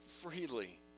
freely